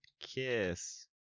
Kiss